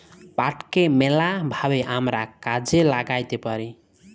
পাটকে ম্যালা ভাবে আমরা কাজে ল্যাগ্যাইতে পারি